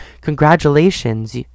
Congratulations